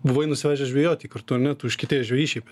buvai nusivežęs žvejot jį kartu ane tu užkietėjęs žvejys šiaip